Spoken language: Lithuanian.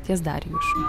ties darjušu